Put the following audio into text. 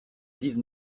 dix